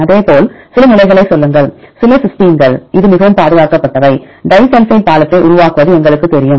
அதேபோல் சில நிலைகளைச் சொல்லுங்கள் சில சிஸ்டைன்கள் இது மிகவும் பாதுகாக்கப்பட்டவை டிஸல்பைட் பாலத்தை உருவாக்குவது எங்களுக்குத் தெரியும்